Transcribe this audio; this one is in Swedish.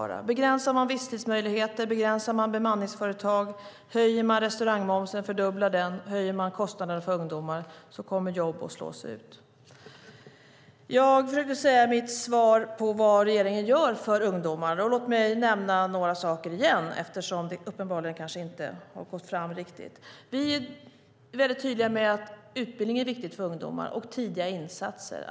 Om man inför begränsningar av visstidsmöjligheterna eller begränsningar för bemanningsföretagen, fördubblar restaurangmomsen och höjer kostnaderna för ungdomar kommer jobb att slås ut. Jag försökte i mitt interpellationssvar tala om vad regeringen gör för ungdomar. Låt mig nämna några saker igen, eftersom det uppenbarligen inte har gått fram riktigt. Vi är väldigt tydliga med att utbildning och tidiga insatser är viktigt för ungdomar.